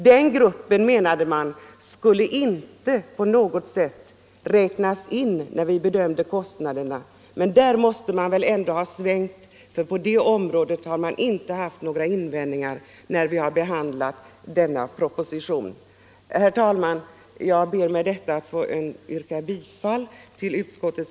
Den gruppen skulle enligt centerns mening inte räknas in när vi bedömde kostnaderna. Men uppfattningen på den punkten måste ändå ha svängt sedan dess, ty nu har man inte haft några invändningar mot kostnaderna i samband med behandlingen av propositionen. Herr talman! Jag ber med det anförda att få yrka bifall till utskottets